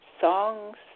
songs